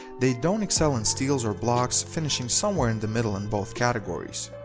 they don't excel in steals or blocks, finishing somewhere in the middle in both categories.